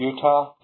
Utah